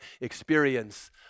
experience